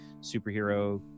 superhero